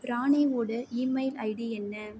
ராணியோட email ID என்ன